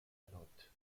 erlaubt